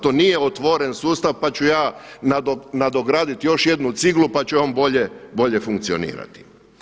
To nije otvoren sustav pa ću ja nadograditi još jednu ciglu pa će on bolje funkcionirati.